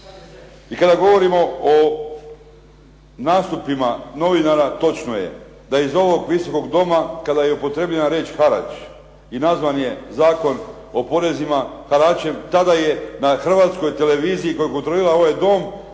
I kada govorimo o nastupima novinara točno je da iz ovog Visokog doma, kada je upotrijebljena riječ harač i nazvan je Zakon o porezima haračem tada je na Hrvatskoj televiziji koja …/Govornik se ne